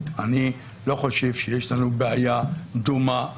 אני לא חושב שיש לנו בעיה דומה.